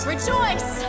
Rejoice